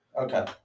okay